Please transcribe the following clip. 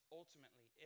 ultimately